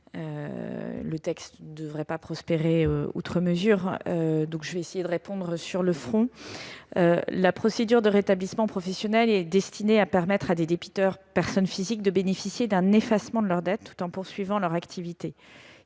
le texte ne devrait pas prospérer outre mesure. Sur le fond, la procédure de rétablissement professionnel doit permettre à des débiteurs, personnes physiques, de bénéficier d'un effacement de leurs dettes, tout en poursuivant leur activité.